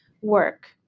work